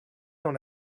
dans